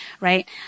right